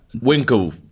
Winkle